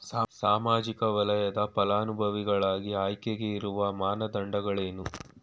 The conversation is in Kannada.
ಸಾಮಾಜಿಕ ವಲಯದ ಫಲಾನುಭವಿಗಳ ಆಯ್ಕೆಗೆ ಇರುವ ಮಾನದಂಡಗಳೇನು?